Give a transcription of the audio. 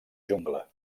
jungla